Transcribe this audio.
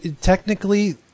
technically